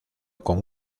con